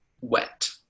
wet